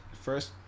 First